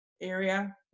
area